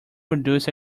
reduce